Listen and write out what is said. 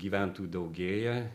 gyventojų daugėja